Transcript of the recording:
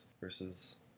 versus